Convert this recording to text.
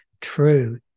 true